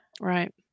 Right